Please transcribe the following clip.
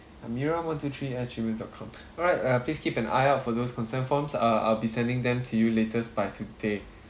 amira one three at Gmail dot com all right uh please keep an eye out for those consent forms uh I'll be sending them to you latest by today